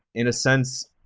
in a sense,